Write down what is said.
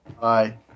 Bye